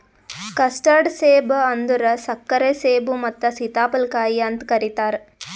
custard ಸೇಬ ಅಂದುರ್ ಸಕ್ಕರೆ ಸೇಬು ಮತ್ತ ಸೀತಾಫಲ ಕಾಯಿ ಅಂತ್ ಕರಿತಾರ್